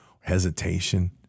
hesitation